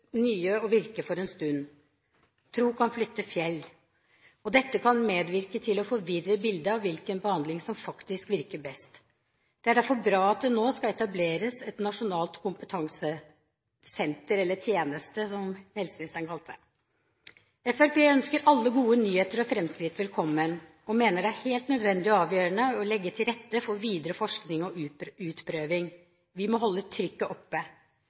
nye å virke en stund. Tro kan flytte fjell, og dette kan medvirke til å forvirre bildet av hvilken behandling som faktisk virker best. Det er derfor bra at det nå skal etableres et nasjonalt kompetansesenter – eller tjeneste, som helseministeren kalte det. Fremskrittspartiet ønsker alle gode nyheter og fremskritt velkommen, og mener det er helt nødvendig og avgjørende å legge til rette for videre forskning og utprøving. Vi må holde trykket oppe!